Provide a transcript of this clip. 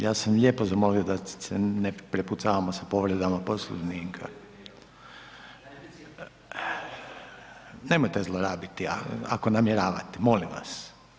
Ja sam lijepo zamolio da se ne prepucavamo sa povredama Poslovnika. ... [[Upadica se ne čuje.]] Nemojte zlorabiti ako namjeravate, molim vas.